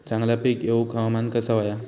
चांगला पीक येऊक हवामान कसा होया?